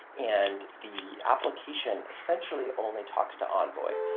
and the application, essentially, only talks to envoy.